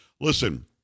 listen